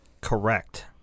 Correct